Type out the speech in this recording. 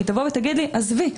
היא תגיד לי: עזבי,